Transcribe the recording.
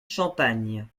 champagne